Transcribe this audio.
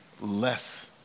less